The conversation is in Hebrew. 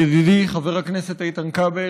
ידידי חבר הכנסת איתן כבל,